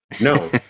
No